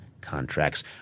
contracts